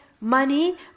money